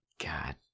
god